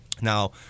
now